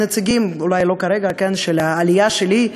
נציגים, אולי לא כרגע, של העלייה שלי,